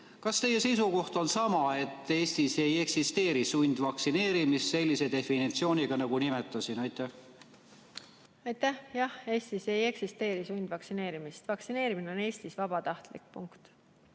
Kas teie seisukoht on sama, et Eestis ei eksisteeri sundvaktsineerimist sellise definitsiooni järgi, nagu nimetasin? Aitäh! Jah, Eestis ei eksisteeri sundvaktsineerimist. Vaktsineerimine on Eestis vabatahtlik. Punkt.